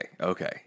okay